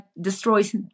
destroys